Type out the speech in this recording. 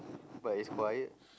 but is quiet